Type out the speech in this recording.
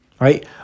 right